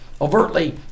overtly